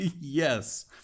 yes